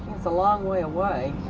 it's a long way away